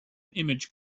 image